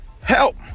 Help